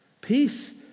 Peace